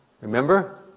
remember